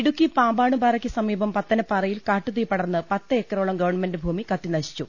ഇടുക്കി പാമ്പാടുംപാറക്ക് സമീപം പത്തനപ്പാറയിൽ കാട്ടുതീ പടർന്ന് പത്ത് ഏക്കറോളം ഗവൺമെന്റ് ഭൂമി കത്തി നശിച്ചു